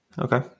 Okay